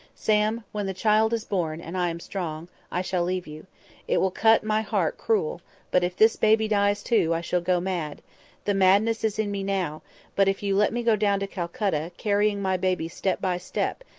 sam, when the child is born, and i am strong, i shall leave you it will cut my heart cruel but if this baby dies too, i shall go mad the madness is in me now but if you let me go down to calcutta, carrying my baby step by step,